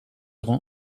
rend